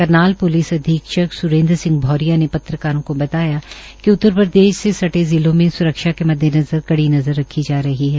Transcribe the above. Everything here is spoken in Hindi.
करनाल प्लिस अधीक्षक स्रेन्द्र सिंह भोरिया ने पत्रकारों को बताया कि उत्तरप्रदेश से सटे जिलों में स्रक्षा के मद्देनज़र कड़ी नज़र रखी जा रही है